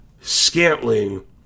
Scantling